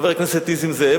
חבר הכנסת נסים זאב,